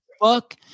fuck